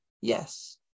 Yes